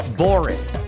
boring